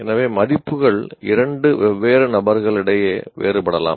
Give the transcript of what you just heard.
எனவே மதிப்புகள் இரண்டு வெவ்வேறு நபர்களிடையே வேறுபடலாம்